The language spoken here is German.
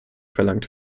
verlangt